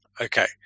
Okay